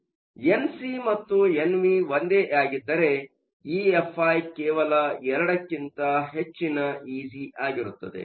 ಆದ್ದರಿಂದಎನ್ C ಮತ್ತು N V ಒಂದೇ ಆಗಿದ್ದರೆಇಎಫ್ಐ ಕೇವಲ 2 ಕ್ಕಿಂತ ಹೆಚ್ಚಿನ ಇಜಿ ಆಗಿರುತ್ತದೆ